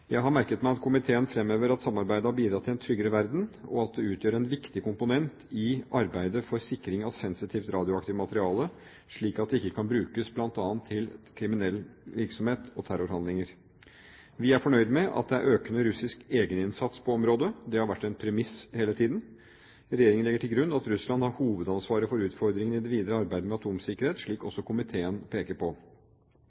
Jeg har merket meg at komiteen fremhever at samarbeidet har bidratt til en tryggere verden, og at det utgjør en viktig komponent i arbeidet for sikring av sensitivt radioaktivt materiale, slik at det ikke kan brukes bl.a. til kriminell virksomhet og terrorhandlinger. Vi er fornøyd med at det er økende russisk egeninnsats på området. Det har vært en premiss hele tiden. Regjeringen legger til grunn at Russland har hovedansvaret for utfordringene i det videre arbeidet med atomsikkerhet, slik